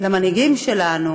למנהיגים שלנו